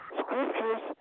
scriptures